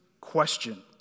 question